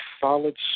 solid